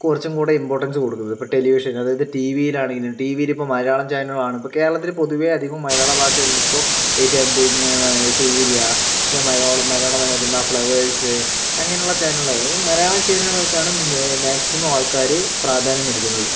കൊറച്ചും കൂടെ ഇമ്പോർട്ടൻസ് കൊടുക്കുന്നത് ഇപ്പൊ ടെലിവിഷൻ അതായത് ടീവീലാണെങ്കിലും ടിവിയിൽ ഇപ്പോ മലയാളം ചാനലുകളിൽ ആണ് ഇപ്പോ കേരളത്തില് ഇപ്പോ പൊതുവെ അധികവും മലയാള ഭാഷയില് ഇപ്പൊ ഏഷ്യാനെറ്റ് സൂര്യ പിന്നെ മലയാള മനോരമ ഫ്ളവേഴ്സ് അങ്ങനെയുള്ള ചാനലുകൾക്ക് അതായത് മലയാളം ചാനലുകൾക്ക് ആണ് മാക്സിമം ആൾക്കാര് പ്രാധാന്യം നൽകുന്നത്